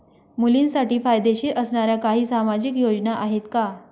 मुलींसाठी फायदेशीर असणाऱ्या काही सामाजिक योजना आहेत का?